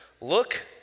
look